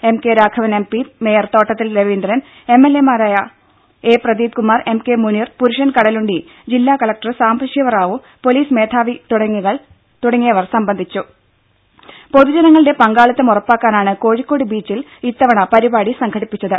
M K Raghavan M P mayor Thottathil Raveendran M L എമാരായ A Pradeepkumar M K Muneer Purushan Kadalundi ജില്ലാ collector Sambasivarao police മേധാവികൾ തുടങ്ങിയവർ സംബന്ധിച്ചു പൊതുജനങ്ങളുടെ പങ്കാളിത്തം ഉറപ്പാക്കാനാണ് കോഴിക്കോട് ബീച്ചിൽ ഇത്തവണ പരിപാടി സംഘടിപ്പിച്ചത്